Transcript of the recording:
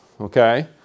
okay